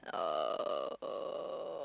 oh